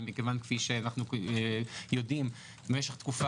ומכיוון שכפי שאנחנו יודעים במשך תקופה